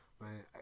man